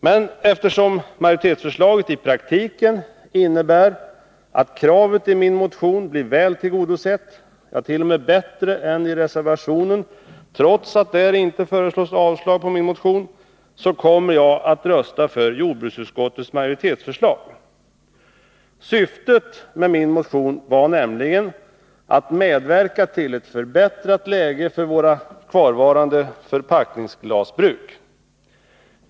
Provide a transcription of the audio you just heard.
Men eftersom majoritetsförslaget i praktiken innebär att kravet i min motion blir väl tillgodosett —t.o.m. bättre änireservationen, trots att där ej föreslås avslag på min motion — kommer jag att rösta för jordbruksutskottets förslag. Syftet med min motion var nämligen att medverka till ett förbättrat läge för våra kvarvarande förpackningsglasbruk.